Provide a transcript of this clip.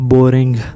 Boring